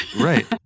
right